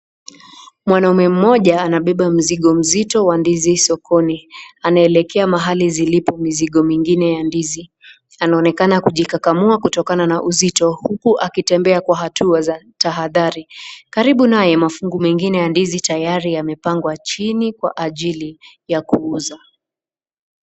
Mwanaume mmoja anabeba mzigo mzito wa ndizi sokoni, anaelekea mahali zilipo mizigo mengine ya ndizi, anaonekana kujikakamua kutokana na uzito huku akitembea kwa hatua tahadhari karibu naye mafungu mengine ya ndizi tayari yamepangwa chini kwa ajili ya kuuza.